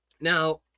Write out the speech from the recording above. Now